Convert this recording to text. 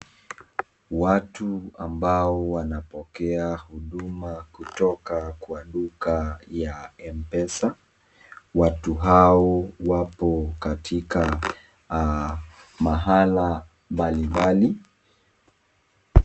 Watu ambao wanapokeya huduma kutoka kwa duka ya mpesa. Watu hao wako katika mahala mbalimbali.